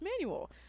manual